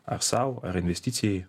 ar sau ar investicijai